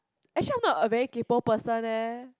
actually I'm not a very kaypoh person eh